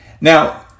Now